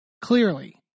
clearly